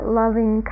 loving